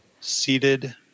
seated